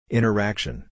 Interaction